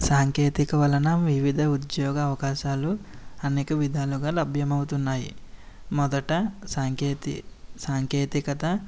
సాంకేతిక వలన వివిధ ఉద్యోగ అవకాశాలు అనేక విధాలుగా లభ్యమవుతున్నాయి మొదట సాంకేతి సాంకేతికత